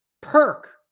perk